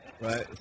right